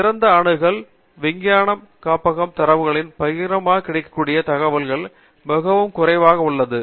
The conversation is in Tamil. எனவே திறந்த அணுகல் விஞ்ஞான காப்பக தரவுகளிலிருந்து பகிரங்கமாக கிடைக்கக்கூடிய தகவல்கள் மிகவும் குறைவாக உள்ளது